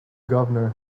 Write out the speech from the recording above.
governor